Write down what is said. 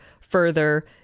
further